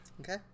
Okay